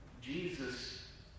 Jesus